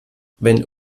wenn